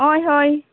हय हय